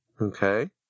Okay